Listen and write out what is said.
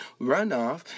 runoff